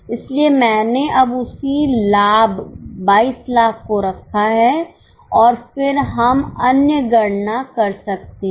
इसलिए मैंने अब उसी लाभ 2200000 को रखा है और फिर हम अन्य गणना कर सकते हैं